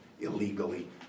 illegally